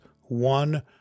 one